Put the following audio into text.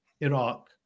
Iraq